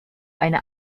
eine